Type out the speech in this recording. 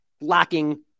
lacking